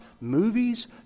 movies